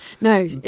No